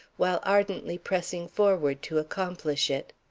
while ardently pressing forward to accomplish it.